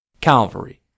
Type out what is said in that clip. Calvary